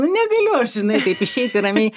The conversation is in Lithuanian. nu negaliu aš žinai taip išeiti ramiai